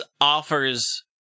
offers